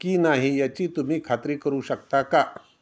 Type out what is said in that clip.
की नाही याची तुम्ही खात्री करू शकता का